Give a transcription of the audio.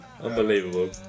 Unbelievable